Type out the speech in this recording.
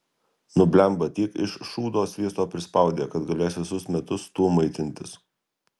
nu blemba tiek iš šūdo sviesto prisispaudė kad galės visus metus tuo maitintis